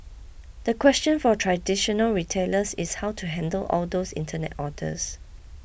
the question for traditional retailers is how to handle all those internet orders